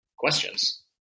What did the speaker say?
questions